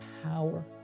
power